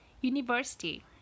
University